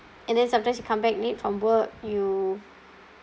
and then sometimes you come back late from work you